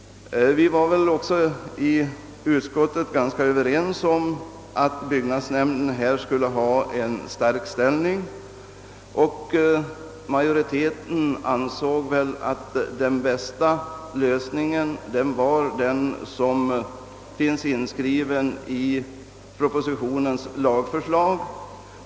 Vi var i utskottet ganska överens om att byggnadsnämnden borde ha en stark ställning, och majoriteten ansåg att den bästa lösningen var den som finns inskriven i propositionens lagförslag.